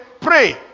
pray